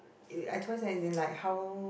I as in like how